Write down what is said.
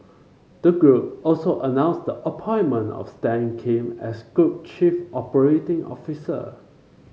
the group also announced the appointment of Stan Kim as group chief operating officer